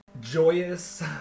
joyous